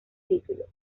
título